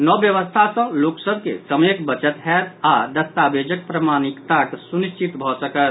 नव व्यवस्था सँ लोक सभ के समयक बचत होयत आओर दस्तावेजक प्रमाणिकता सुनिश्चित भऽ सकत